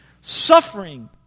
suffering